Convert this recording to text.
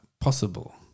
possible